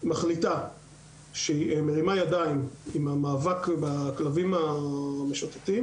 מחליטה שהיא מרימה ידיים עם המאבק בכלבים המשוטטים